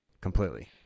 completely